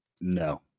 no